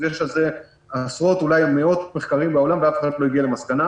יש על זה עשרות ואולי מאות מחקרים בעולם ואף אחד לא הגיע למסקנה,